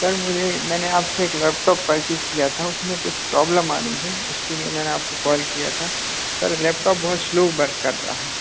sir मुझे मैंने आपसे एक लैपटॉप परचेस किया था उसमें कुछ प्रॉब्लम आ रही है उसके लिए मैंने आपको कॉल किया था सर लैपटॉप बहुत स्लो वर्क कर रहा है